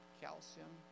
calcium